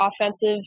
offensive